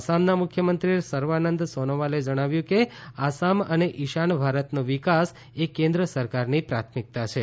આસામના મુખ્યમંત્રી સર્વાનંદ સોનોવાલે જણાવ્યું કે આસામ અને ઇશાન ભારતનો વિકાસ એ કેન્દ્ર સરકારની પ્રાથમિકતા છે